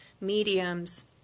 mediums